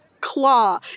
claw